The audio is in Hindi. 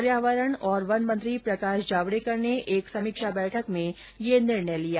पर्यावरण और वन मंत्री प्रकाश जावड़ेकर ने एक समीक्षा बैठक में यह निर्णय लिया